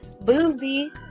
boozy